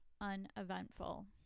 uneventful